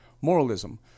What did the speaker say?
moralism